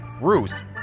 Ruth